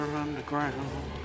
underground